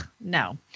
No